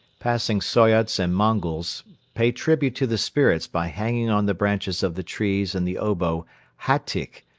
passing soyots and mongols pay tribute to the spirits by hanging on the branches of the trees in the obo hatyk,